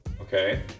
Okay